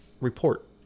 report